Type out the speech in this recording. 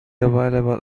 available